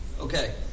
Okay